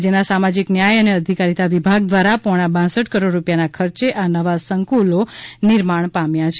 રાજ્યના સામાજિક ન્યાય અને અધિકારીતા વિભાગ દ્વારા પોણા બાસઠ કરોડ રૂપિયાના ખર્ચે આ નવા સંકુલો નિર્માણ પામ્યા છે